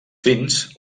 fins